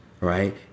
right